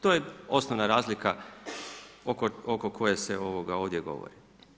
To je osnovna razlika oko koje se ovdje govori.